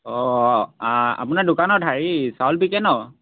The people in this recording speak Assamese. অঁ আ আপোনাৰ দোকানত হেৰি চাউল বিকে নহ্